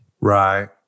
Right